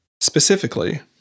specifically